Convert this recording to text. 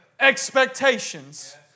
expectations